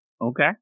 Okay